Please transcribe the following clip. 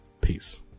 peace